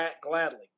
gladly